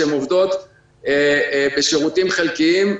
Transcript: שעובדות בשירותים חלקיים,